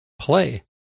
play